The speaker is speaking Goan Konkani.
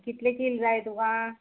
कितले कील जाय तुका